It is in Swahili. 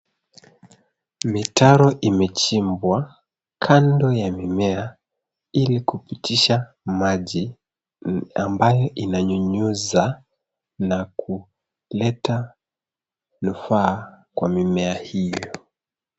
Mitaro imechibwa kando ya mimea ili kupitisha maji amabyo inanyunyuza na kuleta nufaa kwa mimea hio.